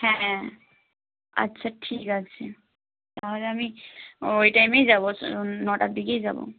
হ্যাঁ আচ্ছা ঠিক আছে তাহলে আমি ওই টাইমেই যাব নটার দিকেই যাব